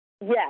yes